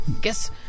guess